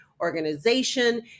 organization